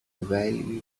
valley